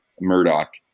Murdoch